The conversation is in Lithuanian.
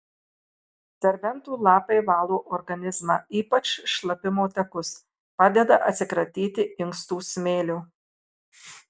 serbentų lapai valo organizmą ypač šlapimo takus padeda atsikratyti inkstų smėlio